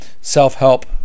self-help